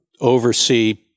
oversee